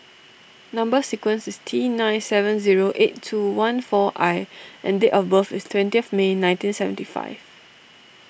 Number Sequence is T nine seven zero eight two one four I and date of birth is twentieth May nineteen seventy five